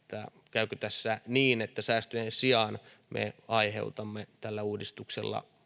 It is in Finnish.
käykö tässä niin että säästöjen sijaan me aiheutamme tällä uudistuksella